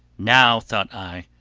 now, thought i,